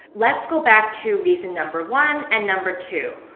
let's go back to reason number one and number two.